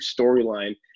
storyline